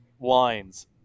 lines